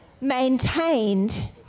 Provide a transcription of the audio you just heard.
maintained